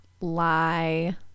Lie